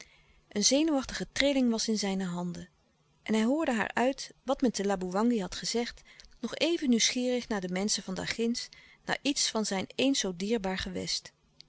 een zenuwachtige trilling was in zijne handen en hij hoorde haar uit wat men te laboewangi had gezegd nog even nieuwsgierig naar de menschen van daarginds naar iets van zijn eens zoo dierbaar gewest